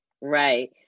right